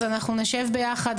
אז אנחנו נשב ביחד.